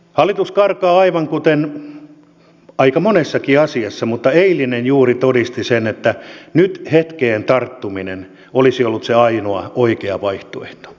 hallitus karkaa aivan kuten aika monessakin asiassa mutta eilinen juuri todisti sen että nyt hetkeen tarttuminen olisi ollut se ainoa oikea vaihtoehto